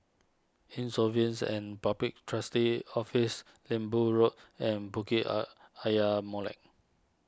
Insolvency and Public Trustee's Office Lembu Road and Bukit Are Ayer Molek